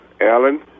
Alan